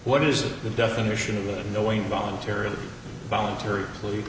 what is the definition of knowing voluntary voluntary ple